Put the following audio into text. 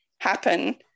happen